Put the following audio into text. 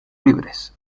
libres